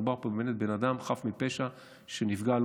מדובר פה באמת בבן אדם חף מפשע שנפגע על